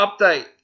Update